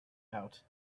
out